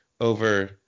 over